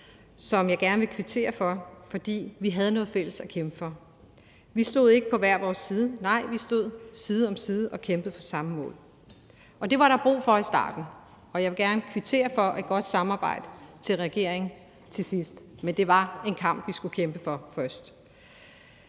som jeg gerne vil kvittere for, fordi vi havde noget fælles at kæmpe for. Vi stod ikke på hver vores side, nej, vi stod side om side og kæmpede for samme mål. Og det var der brug for i starten. Jeg vil gerne kvittere regeringen for et godt samarbejde til sidst, men det var en kamp, vi skulle kæmpe for først.